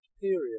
period